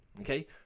Okay